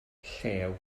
llew